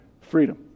freedom